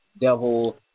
devil